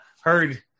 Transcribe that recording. heard